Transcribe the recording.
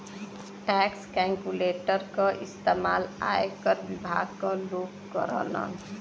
tax calculator क इस्तेमाल आयकर विभाग क लोग करलन